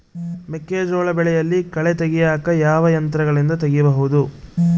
ಮೆಕ್ಕೆಜೋಳ ಬೆಳೆಯಲ್ಲಿ ಕಳೆ ತೆಗಿಯಾಕ ಯಾವ ಯಂತ್ರಗಳಿಂದ ತೆಗಿಬಹುದು?